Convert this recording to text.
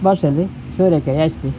ಬಸಳೆ ಹೀರೆಕಾಯಿ ಅಷ್ಟೆ